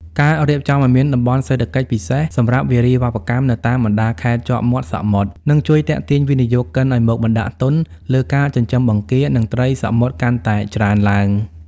ការរៀបចំឱ្យមានតំបន់សេដ្ឋកិច្ចពិសេសសម្រាប់វារីវប្បកម្មនៅតាមបណ្ដាខេត្តជាប់មាត់សមុទ្រ នឹងជួយទាក់ទាញវិនិយោគិនឱ្យមកបណ្ដាក់ទុនលើការចិញ្ចឹមបង្គា និងត្រីសមុទ្រកាន់តែច្រើនឡើង។